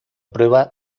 prueba